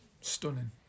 stunning